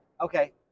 Okay